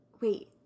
wait